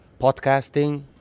podcasting